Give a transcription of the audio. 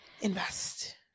invest